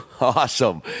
awesome